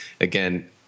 again